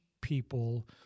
people